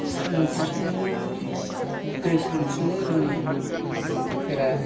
सानस्रिनो दै सानस्रिनो रोङिफोरा